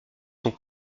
sont